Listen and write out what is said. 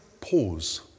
pause